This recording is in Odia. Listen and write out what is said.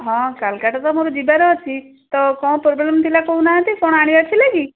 ହଁ କୋଲକତା ତ ମୋର ଯିବାର ଅଛି ତ କ'ଣ ପ୍ରୋବ୍ଲେମ୍ ଥିଲା କହୁନାହାନ୍ତି କ'ଣ ଆଣିିବାର ଥିଲା କି